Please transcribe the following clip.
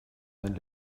mein